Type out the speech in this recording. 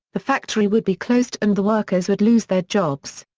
the factory would be closed and the workers would lose their jobs.